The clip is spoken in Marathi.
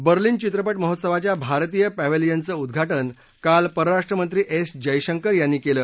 बर्लिन चित्रपा महोत्सवाच्या भारतीय पॅवेलियनचं उद्दा उ काल परराष्ट्र मंत्री एस जयशंकर यांनी केलं